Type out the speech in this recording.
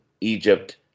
Egypt